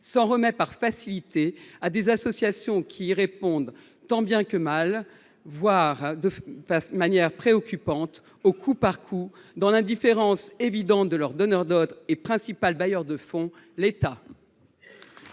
s’en remet par facilité à des associations ? Celles ci y répondent en effet tant bien que mal, voire de manière préoccupante, au coup par coup, dans l’indifférence évidente de leur donneur d’ordre et principal bailleur de fonds : l’État.